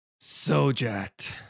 Sojat